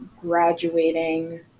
graduating